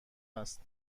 است